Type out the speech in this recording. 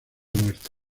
muerte